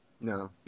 no